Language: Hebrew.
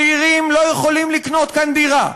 צעירים לא יכולים לקנות כאן דירה,